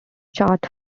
chart